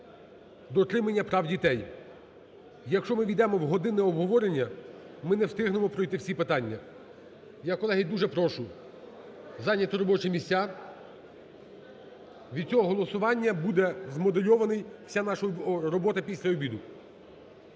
дотриманню прав дітей. Якщо ми ввійдемо в годинне обговорення, ми не встигнемо пройти всі питання. Я, колеги, дуже прошу зайняти робочі місця, від цього голосування буде змодульована вся наша робота після обіду.